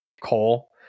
cole